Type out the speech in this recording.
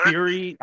Fury